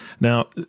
Now